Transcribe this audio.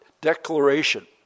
declaration